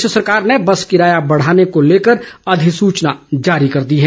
प्रदेश सरकार ने बस किराया बढ़ाने को लेकर अधिसूचना जारी कर दी है